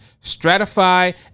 Stratify